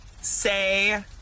say